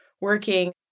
working